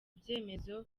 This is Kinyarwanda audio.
ibyemezo